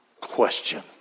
question